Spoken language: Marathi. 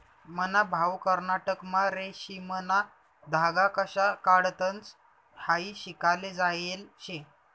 मन्हा भाऊ कर्नाटकमा रेशीमना धागा कशा काढतंस हायी शिकाले जायेल शे